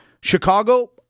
Chicago